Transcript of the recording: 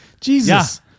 Jesus